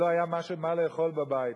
לא היה מה לאכול בבית,